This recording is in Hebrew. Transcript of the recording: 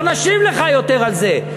לא נשיב לך יותר על זה.